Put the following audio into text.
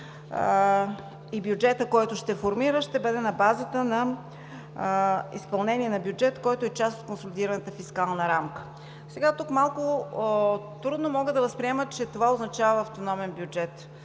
и бюджетът, който ще формира, ще бъде на базата на изпълнение на бюджет, който е част от консолидираната фискална рамка. Сега, тук малко трудно мога да възприема, че това означава автономен бюджет.